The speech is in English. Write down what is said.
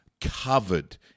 covered